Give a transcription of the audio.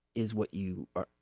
is what you are.